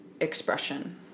expression